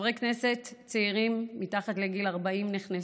חברי כנסת צעירים מתחת לגיל 40 נכנסו,